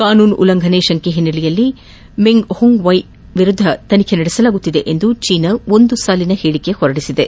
ಕಾನೂನು ಉಲ್ಲಂಘನೆ ಶಂಕೆ ಹಿನ್ನೆಲೆಯಲ್ಲಿ ಮೆಂಗ್ ಹೊಂಗ್ವ್ನೆ ಅವರ ವಿರುದ್ದ ತನಿಖೆ ನಡೆಸಲಾಗುತ್ತಿದೆ ಎಂದು ಚೀನಾ ಒಂದು ಸಾಲಿನ ಹೇಳಿಕೆ ನೀಡಿದೆ